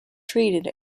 treated